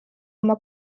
oma